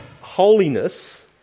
holiness